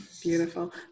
Beautiful